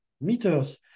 meters